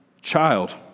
child